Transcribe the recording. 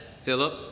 Philip